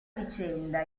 vicenda